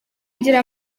ngira